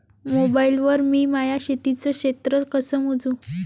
Mobile वर मी माया शेतीचं क्षेत्र कस मोजू?